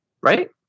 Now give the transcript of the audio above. right